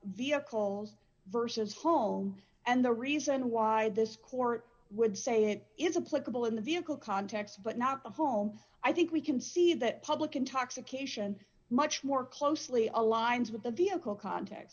vehicles versus home and the reason why this court would say it is a political in the vehicle context but not a home i think we can see that public intoxication much more closely aligned with the vehicle cont